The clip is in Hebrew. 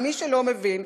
למי שלא מבין,